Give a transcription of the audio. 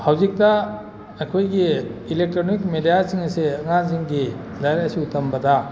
ꯍꯧꯖꯤꯛꯇ ꯑꯩꯈꯣꯏꯒꯤ ꯏꯂꯦꯛꯇ꯭ꯔꯣꯅꯤꯛ ꯃꯦꯗꯤꯌꯥꯁꯤꯡ ꯑꯁꯦ ꯑꯉꯥꯡꯁꯤꯡꯒꯤ ꯂꯥꯏꯔꯤꯛ ꯂꯥꯏꯁꯨ ꯇꯝꯕꯗ